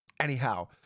Anyhow